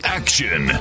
action